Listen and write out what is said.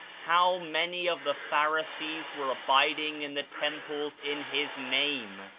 how many of the pharisees were abiding in the temples in his name,